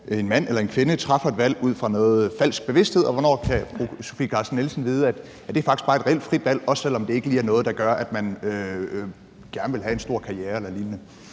en mand eller kvinde træffer et valg ud fra en falsk bevidsthed, og hvornår kan fru Sofie Carsten Nielsen vide, at det faktisk bare er et reelt frit valg, også selv om det ikke lige er noget, der indebærer, at man vil have en stor karriere eller lignende?